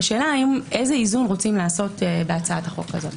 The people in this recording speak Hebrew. השאלה איזה איזון רוצים לעשות בהצעת החוק הזו.